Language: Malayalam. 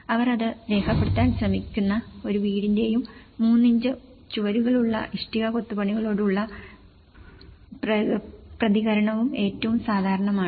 അവർ അത് രേഖപ്പെടുത്താൻ ശ്രമിക്കുന്ന ഒരു വീടിന്റെയും മൂന്ന് ഇഞ്ച് ചുവരുകളുള്ള ഇഷ്ടിക കൊത്തുപണികളോടുള്ള പ്രതികരണവും ഏറ്റവും സാധാരണമാണ്